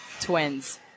twins